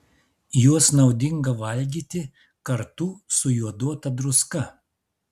juos naudinga valgyti kartu su joduota druska